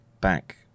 back